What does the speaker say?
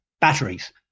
batteries